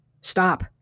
Stop